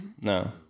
No